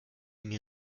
mir